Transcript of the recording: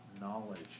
knowledge